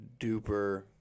duper